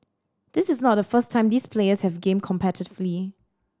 this is not the first time these players have gamed competitively